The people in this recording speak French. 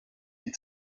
des